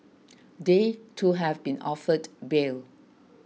they too have been offered bail